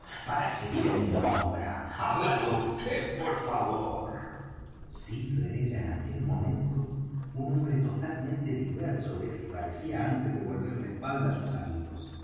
para seguir en mi obra hágalo vd por favor silver era en aquel momento un hombre totalmente diverso del que parecía antes de volver la espalda á sus amigos